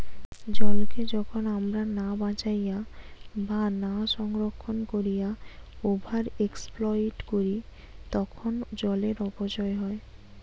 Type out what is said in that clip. জলকে যখন আমরা না বাঁচাইয়া বা না সংরক্ষণ কোরিয়া ওভার এক্সপ্লইট করি তখন জলের অপচয় হয়